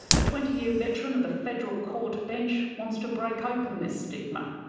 a twenty year veteran of the federal court bench wants to break open this stigma,